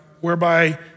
whereby